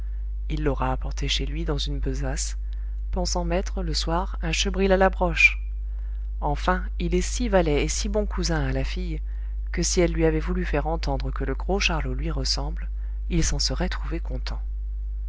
il l'aura apporté chez lui dans une besace pensant mettre le soir un chebril à la broche enfin il est si valet et si bon cousin à la fille que si elle lui avait voulu faire entendre que le gros charlot lui ressemble il s'en serait trouvé content